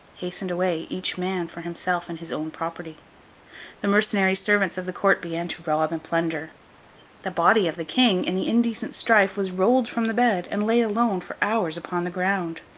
hastened away, each man for himself and his own property the mercenary servants of the court began to rob and plunder the body of the king, in the indecent strife, was rolled from the bed, and lay alone, for hours, upon the ground.